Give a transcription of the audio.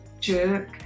jerk